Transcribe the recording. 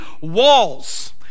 walls